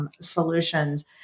solutions